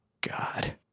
God